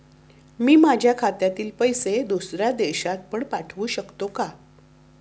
मी माझ्या खात्यातील पैसे दुसऱ्या देशात पण पाठवू शकतो का?